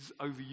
overused